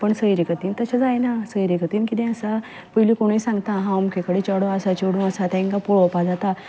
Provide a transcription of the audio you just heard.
पण सयरीगतीन तशें जायना सयरीगतीन किदें आसा पयलीं कोणूय सांगता हा अमके कडेन चेडो आसा चेडूं आसा तांकां पळोवपा वता मागीर